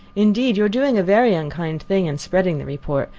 indeed, you are doing a very unkind thing in spreading the report,